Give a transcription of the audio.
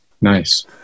nice